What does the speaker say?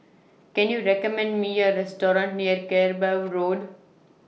Can YOU recommend Me A Restaurant near Kerbau Road